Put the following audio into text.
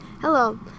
Hello